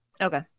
Okay